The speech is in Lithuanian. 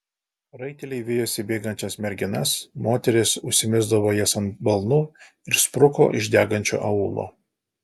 raiteliai vijosi bėgančias merginas moteris užsimesdavo jas ant balnų ir spruko iš degančio aūlo